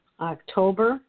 October